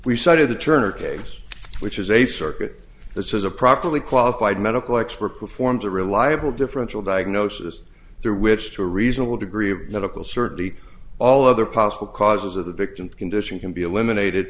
cited the turner case which is a circuit that says a properly qualified medical expert performs a reliable differential diagnosis through which to a reasonable degree of medical certainty all other possible causes of the victim's condition can be eliminated